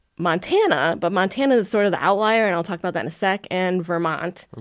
montana, but montana is sort of the outlier. and i'll talk about that in a sec. and vermont.